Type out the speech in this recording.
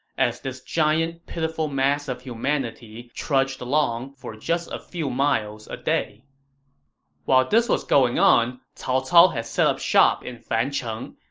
as this giant, pitiful mass of humanity trudged forward for just a few miles a day while this was going on, cao cao had set up shop in fancheng,